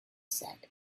said